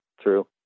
True